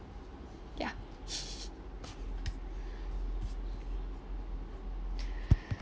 ya